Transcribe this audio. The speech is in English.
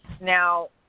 Now